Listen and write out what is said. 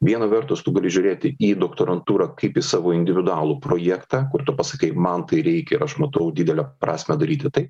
viena vertus tu gali žiūrėti į doktorantūrą kaip į savo individualų projektą kur tu pasakei man tai reikia aš matau didelę prasmę daryti tai